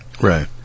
Right